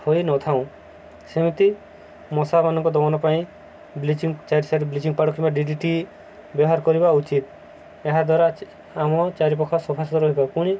ହୋଇନଥାଉ ସେମିତି ମଶାମାନଙ୍କ ଦମନ ପାଇଁ ବ୍ଲିଚିଂ ଚାରିପଟେ ବ୍ଲିଚିଂ ପାଉଡର୍ କିମ୍ବା ଡି ଡି ଟି ବ୍ୟବହାର କରିବା ଉଚିତ ଏହାଦ୍ୱାରା ଆମ ଚାରିପଖା ସଫା ସୁତୁରା ରହିବ ପୁଣି